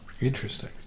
Interesting